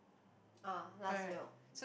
uh last meal